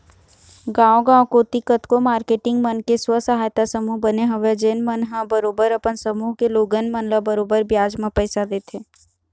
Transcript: गाँव गाँव कोती कतको मारकेटिंग मन के स्व सहायता समूह बने हवय जेन मन ह बरोबर अपन समूह के लोगन मन ल बरोबर बियाज म पइसा देथे